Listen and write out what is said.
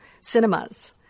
cinemas